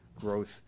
growth